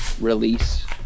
release